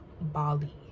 bali